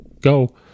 go